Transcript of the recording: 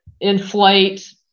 inflate